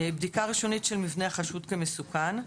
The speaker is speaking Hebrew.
בדיקה ראשונית של מבנה החשוד כמסוכן.